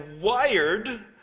wired